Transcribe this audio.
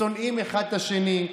שונאים אחד את השני,